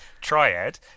Triad